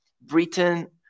Britain